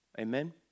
Amen